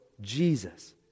Jesus